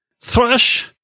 thrush